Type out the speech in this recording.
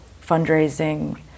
fundraising